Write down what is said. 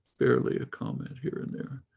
barely a comment here and there.